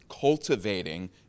Cultivating